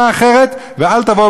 ואל תבואו בטענות לאו"ם,